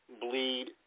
bleed